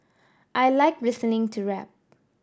I like listening to rap